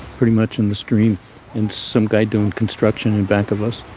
pretty much, and the stream and some guy doing construction in back of us